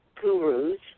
gurus